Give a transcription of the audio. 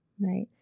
Right